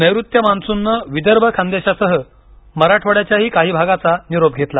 नैऋत्य मान्सूननं विदर्भ खानदेशासह मराठवाड्याच्याही काही भागाचा निरोप घेतला